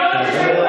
אני לא,